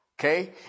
Okay